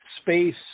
space